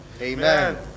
Amen